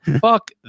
Fuck